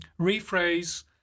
rephrase